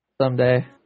someday